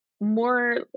more